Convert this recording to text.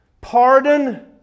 pardon